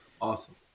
Awesome